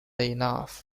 enough